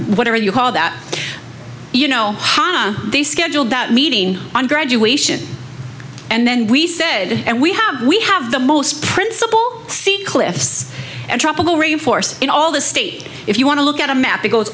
whatever you call that you know ha they scheduled that meeting on graduation and then we said and we have we have the most principal seat cliffs and tropical rain forests in all the state if you want to look at a map it goes